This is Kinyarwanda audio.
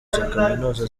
kaminuza